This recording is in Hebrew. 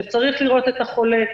שצריך לראות את החולה,